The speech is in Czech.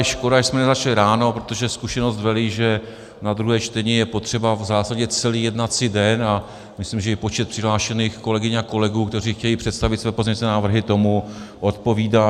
Škoda, že jsme nezačali ráno, protože zkušenost velí, že na druhé čtení je potřeba v zásadě celý jednací den, a myslím, že i počet přihlášených kolegyň a kolegů, kteří chtějí představit své pozměňovací návrhy, tomu odpovídá.